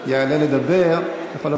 יעלה לדבר אתה יכול לבוא,